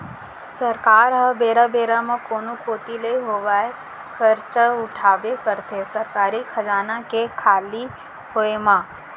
सरकार ह बेरा बेरा म कोनो कोती ले होवय करजा उठाबे करथे सरकारी खजाना के खाली होय म